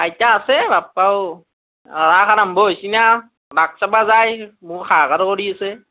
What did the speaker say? আইতা আছে বাপ্পা ঔ অঁ ৰাস আৰম্ভ হৈছি না ৰাস চাবা যাই মোক হাহাকাৰ কৰি আছে